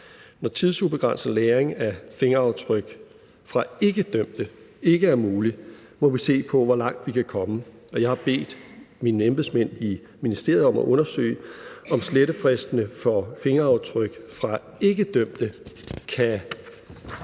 Når tidsubegrænset lagring af fingeraftryk fra ikkedømte ikke er mulig, må vi se på, hvor langt vi kan komme, og jeg har bedt mine embedsmænd i ministeriet om at undersøge, om slettefristerne for fingeraftryk fra ikkedømte kan